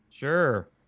Sure